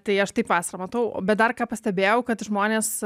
tai aš taip vasarą matau bet dar ką pastebėjau kad žmonės